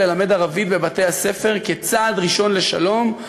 ללמד ערבית בבתי-הספר כצעד ראשון לשלום,